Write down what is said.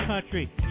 country